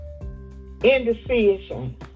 indecision